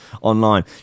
online